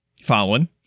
following